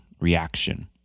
reaction